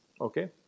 Okay